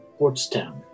Portstown